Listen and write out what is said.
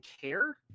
care